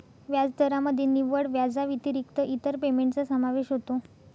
व्याजदरामध्ये निव्वळ व्याजाव्यतिरिक्त इतर पेमेंटचा समावेश होतो